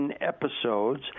episodes